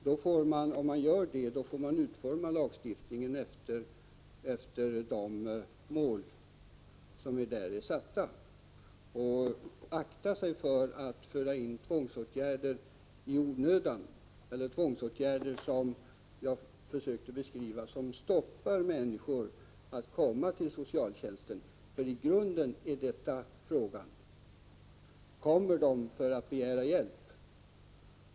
Om så är fallet måste ni vara med om att utforma lagstiftningen efter de mål som där är satta och akta er för att föra in tvångsåtgärder i onödan eller tvångsåtgärder som — vilket jag tidigare försökt beskriva — stoppar människor från att komma till socialtjänsten. I grunden är frågeställningen: Kommer människor för att begära hjälp?